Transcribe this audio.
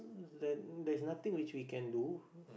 there there's nothing which we can do